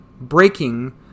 Breaking